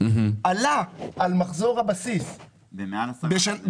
עלו על מחזור הבסיס בשגרה.